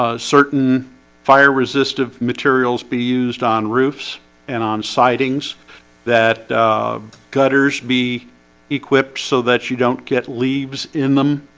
ah certain fire resistive materials be used on roofs and on sightings that gutters be equipped so that you don't get leaves in them